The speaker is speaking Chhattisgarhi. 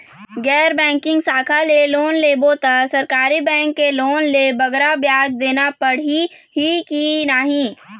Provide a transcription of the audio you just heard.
गैर बैंकिंग शाखा ले लोन लेबो ता सरकारी बैंक के लोन ले बगरा ब्याज देना पड़ही ही कि नहीं?